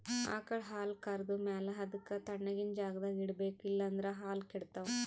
ಆಕಳ್ ಹಾಲ್ ಕರ್ದ್ ಮ್ಯಾಲ ಅದಕ್ಕ್ ತಣ್ಣಗಿನ್ ಜಾಗ್ದಾಗ್ ಇಡ್ಬೇಕ್ ಇಲ್ಲಂದ್ರ ಹಾಲ್ ಕೆಡ್ತಾವ್